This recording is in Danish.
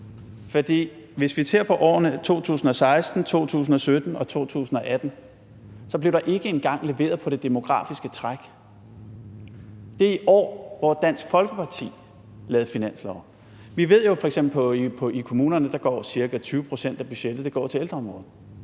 for hvis vi ser på årene 2016, 2017 og 2018, så blev der ikke engang leveret på det demografiske træk; det var år, hvor Dansk Folkeparti lavede finansloven. Vi ved jo f.eks., at i kommunerne går ca. 20 pct. af budgettet til ældreområdet.